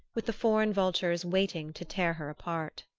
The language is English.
with the foreign vultures waiting to tear her apart.